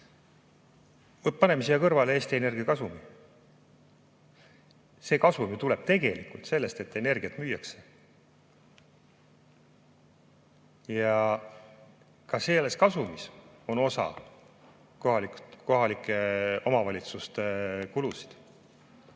vaadates siia kõrvale Eesti Energia kasumi. See kasum tuleb ju tegelikult sellest, et energiat müüakse, ja ka selles kasumis on osa kohalike omavalitsuste kulusid.